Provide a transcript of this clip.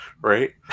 right